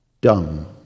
done